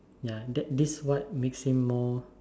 ya that this what makes him more